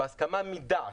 בהסכמה מדעת,